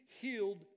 healed